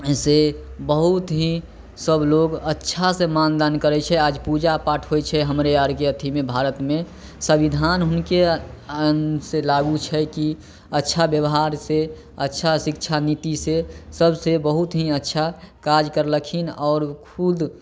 से बहुत ही सबलोग अच्छा से मानदान करै छै आज पूजा पाठ होइ छै हमरे आरके एथीमे भारतमे संबिधान हुनके अनुसार लागू छै कि अच्छा बेबहार से अच्छा शिक्षा निति से सबसे बहुत ही अच्छा काज करलखिन आओर खुद